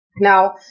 Now